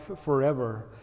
forever